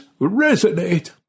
resonate